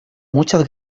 muchas